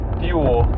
fuel